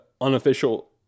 unofficial